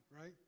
right